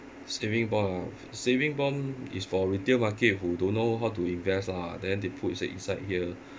saving bond ah saving bond is for retail market who don't know how to invest lah then they put inside here